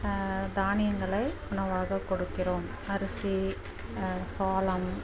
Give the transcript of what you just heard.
தானியங்களை உணவாக கொடுக்கிறோம் அரிசி சோளம்